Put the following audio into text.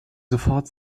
sofort